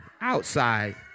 outside